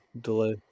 Delay